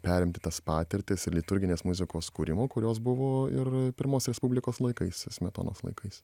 perimti tas patirtis liturginės muzikos kūrimo kurios buvo ir pirmos respublikos laikais smetonos laikais